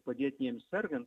padėti jiems sergant